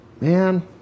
Man